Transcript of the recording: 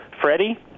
Freddie